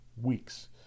weeks